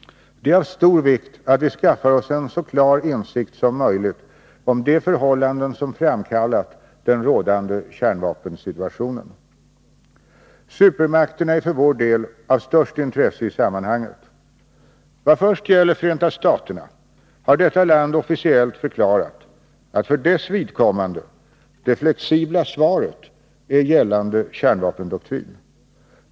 Det är av stor vikt att vi skaffar oss en så klar insikt som möjligt om de förhållanden som framkallat den rådande kärnvapensituationen. Supermakterna är för vår del av störst intresse i sammanhanget. Vad först gäller Förenta staterna har detta land officiellt förklarat att för dess vidkommande ”det flexibla svaret” är gällande kärnvapendoktrin.